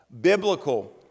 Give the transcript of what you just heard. Biblical